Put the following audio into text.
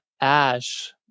Ash